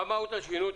מה מהות השינוי?